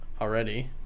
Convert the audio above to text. already